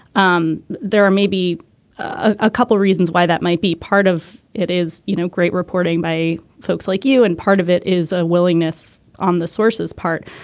um there are maybe a couple of reasons why that might be part of it is you know great reporting by folks like you and part of it is a willingness on the sources part.